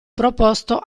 proposto